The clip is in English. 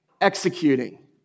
executing